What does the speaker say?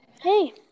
Hey